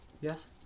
Yes